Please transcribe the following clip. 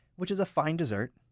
which is a fine dessert,